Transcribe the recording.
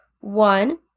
One